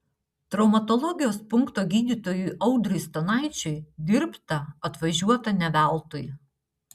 traumatologijos punkto gydytojui audriui stanaičiui dirbta atvažiuota ne veltui